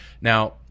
Now